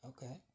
Okay